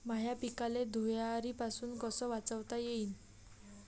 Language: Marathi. माह्या पिकाले धुयारीपासुन कस वाचवता येईन?